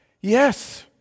yes